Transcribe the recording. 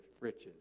riches